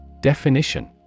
Definition